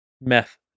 meth